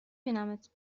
بینمت